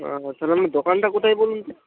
দোকানটা কোথায় বলুন তো